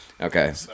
Okay